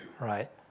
Right